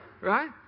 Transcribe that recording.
Right